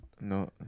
No